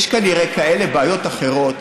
יש כנראה כאלה בעיות אחרות.